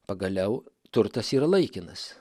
pagaliau turtas yra laikinas